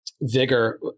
vigor